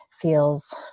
feels